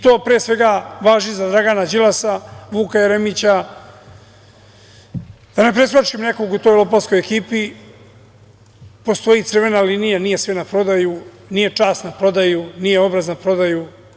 To pre svega važi za Dragana Đilasa, Vuka Jeremića, da ne preskočim nekog u toj lopovskoj ekipi, postoji crvena linija, nije sve na prodaju, nije čast na prodaju, nije obraz na prodaju.